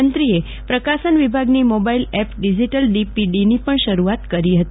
મંત્રીએ પ્રકાશન વિભાગની મોબાઇલ એપ ડીજીટલ ડીપીડીની પણ શરૂઆત કરી હતી